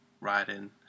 riding